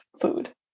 food